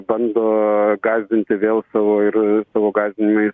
bando gąsdinti vėl savo ir savo gąsdinimais